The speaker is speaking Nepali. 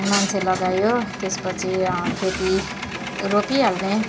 मान्छे लगायो त्यसपछि खेती रोपिहाल्ने